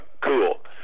cool